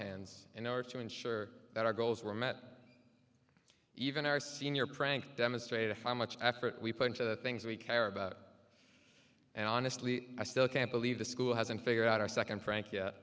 hands in order to ensure that our goals were met even our senior prank demonstrate a fine much effort we put into the things we care about and honestly i still can't believe the school hasn't figured out our second frank yet